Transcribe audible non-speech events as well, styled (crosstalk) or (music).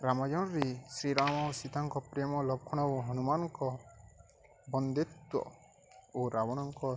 (unintelligible) ଶ୍ରୀରାମ ସୀତାଙ୍କ ପ୍ରେମ ଲକ୍ଷ୍ମଣ ଓ ହନୁମାନଙ୍କ ବନ୍ଦିତ୍ୱ ଓ ରାବଣଙ୍କ